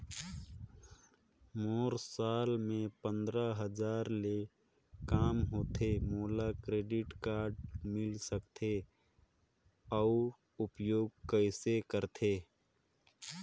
मोर साल मे पंद्रह हजार ले काम होथे मोला क्रेडिट कारड मिल सकथे? अउ उपयोग कइसे करथे?